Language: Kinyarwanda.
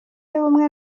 y’ubumwe